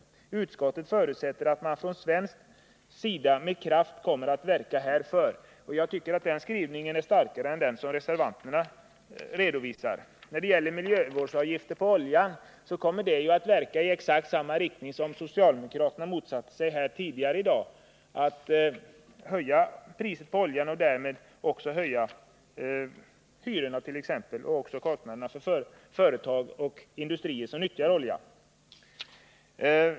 Utskottet förutsätter att man från svensk sida med kraft kommer att verka härför.” Jag tycker som sagt att den skrivningen är starkare än den som reservanterna redovisar. När det gäller miljövårdsavgifter på olja, så är det ju någonting som kommer att verka i exakt samma riktning som socialdemokraterna motsatte sig tidigare här i dag. Avgifterna kommer att höja priset på olja och därmed också höja hyrorna och kostnaderna för företag och industrier som nyttjar olja.